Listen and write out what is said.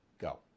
go